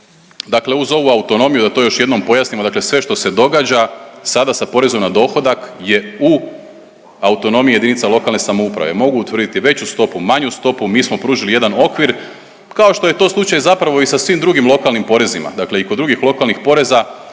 dakle uz ovu autonomiju, da to još jednom pojasnimo, dakle sve što se događa, sada sa poreznom na dohodak je u autonomiji jedinica lokalne samouprave, mogu utvrditi veću stopu, manju stopu, mi smo pružili jedan okvir, kao što je to slučaj, zapravo i sa svim drugim lokalnim porezima, dakle i kod drugih lokalnih poreza